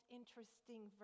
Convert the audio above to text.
interesting